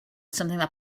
something